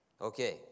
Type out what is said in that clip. Okay